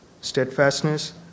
steadfastness